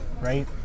Right